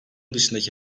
dışındaki